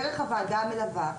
דרך הוועדה המלווה,